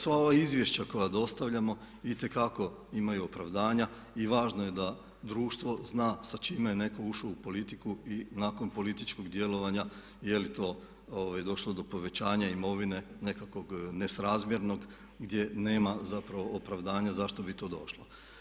Sva ova izvješća koja dostavljamo itekako imaju opravdanja i važno je da društvo zna sa čime je netko ušao u politiku i nakon političkog djelovanja je li to došlo do povećanja imovine nekakvog nesrazmjernog gdje nema zapravo opravdanja zašto bi to došlo.